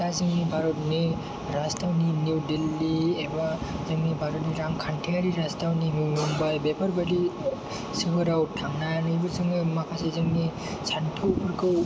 दा जोंनि भारतनि राजधानि निउ दिल्ल्लि एबा जोंनि भरतनि रांखान्थियारि राजथावनि मुम्बाइ बेफोरबायदि सोहोराव थांनानैबो जोङो माखासे जोंनि सानथौफोरखौ